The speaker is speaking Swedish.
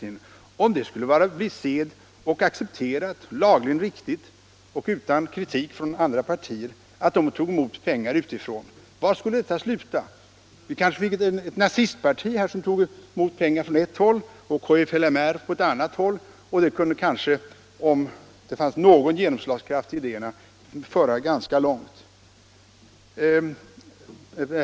Det vore ganska märkligt om det skulle bli sed, accepterat och lagligen riktigt och inte skulle väcka kritik från andra partier, om partier tog emot pengar utifrån. Var skulle detta sluta? Vi skulle kanske få ett nazistparti, som tog emot pengar från ett håll medan kfmli tog emot pengar från ett annat håll. Det skulle kanske, om det finns någon genomslagskraft i partiernas idéer, kunna föra ganska långt.